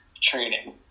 training